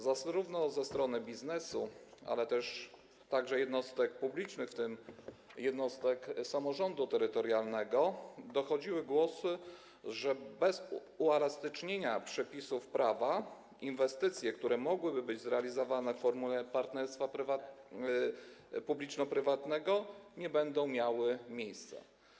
Ze strony zarówno biznesu, jak i jednostek publicznych, w tym jednostek samorządu terytorialnego, dochodziły głosy, że bez uelastycznienia przepisów prawa inwestycje, które mogłyby być zrealizowane w formule partnerstwa publiczno-prywatnego, nie będą miały miejsca.